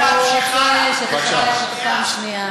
מיקי, הכול, הוא רוצה שתכבד פעם שנייה.